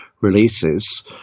releases